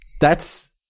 That's-